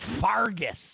Fargus